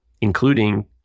including